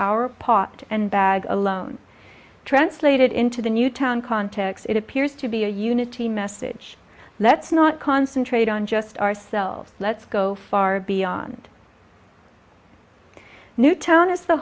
our pot and bag alone translated into the new town context it appears to be a unity message let's not concentrate on just ourselves let's go far beyond newtown is the